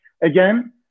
again